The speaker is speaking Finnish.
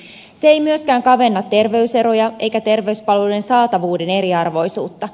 se ei myöskään kavenna terveyseroja eikä terveyspalveluiden saatavuuden eriarvoisuutta